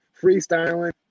freestyling